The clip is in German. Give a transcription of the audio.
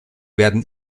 werden